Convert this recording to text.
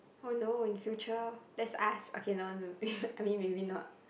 oh no in future let's ask okay no no I mean maybe not